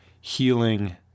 healing